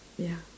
ya